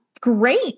great